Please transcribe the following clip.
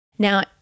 Now